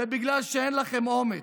זה בגלל שאין לכם אומץ.